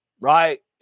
right